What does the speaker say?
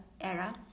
era